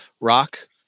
rock